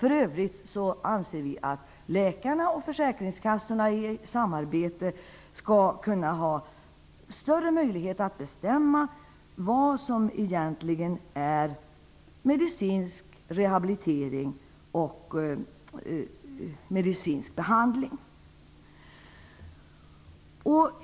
För övrigt anser vi att läkarna och försäkringskassorna i samarbete skall kunna ha större möjlighet att bestämma vad som egentligen är medicinsk rehabilitering och behandling.